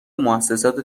موسسات